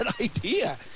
idea